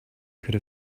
could